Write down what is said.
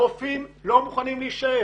הרופאים לא מוכנים להישאר,